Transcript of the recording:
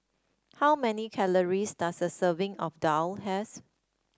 how many calories does a serving of daal has